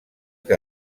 que